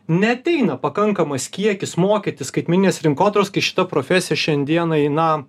neateina pakankamas kiekis mokytis skaitmeninės rinkodaros kai šita profesija šiandienai na